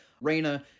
Reina